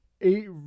Eight